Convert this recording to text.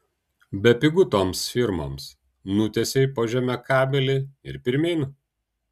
bepigu toms firmoms nutiesei po žeme kabelį ir pirmyn